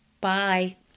bye